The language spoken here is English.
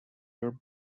your